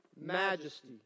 Majesty